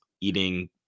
eating